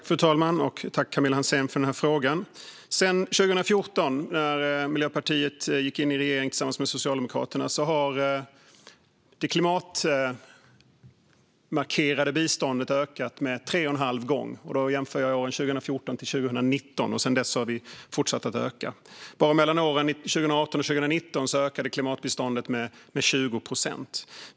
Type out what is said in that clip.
Fru talman! Tack, Camilla Hansén, för frågan! Sedan 2014, när Miljöpartiet bildade regering tillsammans med Socialdemokraterna, har det klimatmarkerade biståndet ökat med tre och en halv gång. Då jämför jag åren 2014-2019. Sedan dess har det fortsatt öka - bara mellan 2018 och 2019 ökade klimatbiståndet med 20 procent.